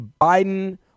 Biden